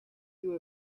you